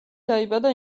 დაიბადა